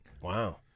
Wow